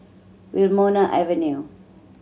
Wilmonar Avenue